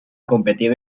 competido